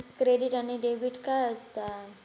Credit आणि debit काय असता?